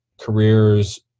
careers